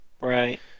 Right